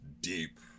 deep